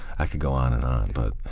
i could go on and but